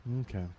Okay